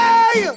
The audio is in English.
Hey